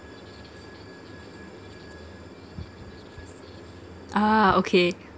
ah okay